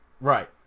Right